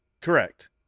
Correct